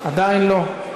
עדיין לא.